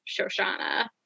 Shoshana